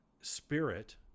spirit